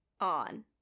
on